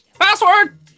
Password